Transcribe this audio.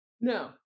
No